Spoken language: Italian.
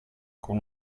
con